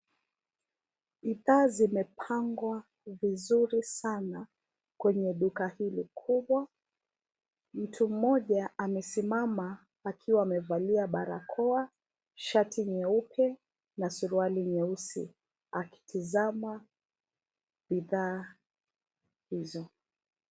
Bidhaa zimepangwa vizuri sana kwenye duka hili kubwa. Mtu mmoja amesimama akiwa amevalia barakoa, shati nyeupe na suruali nyeusi. Akitazama bidhaa hizo.